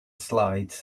slides